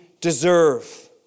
deserve